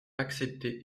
accepter